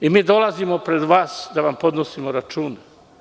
Mi dolazimo pred vas da vam podnosimo račune.